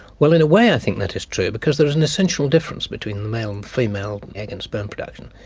well, in a way i think that is true because there is an essential difference between the male and female egg and sperm production.